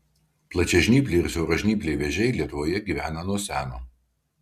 plačiažnypliai ir siauražnypliai vėžiai lietuvoje gyvena nuo seno